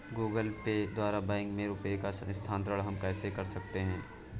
Google Pay द्वारा bank में रुपयों का स्थानांतरण हम कैसे कर सकते हैं?